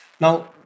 Now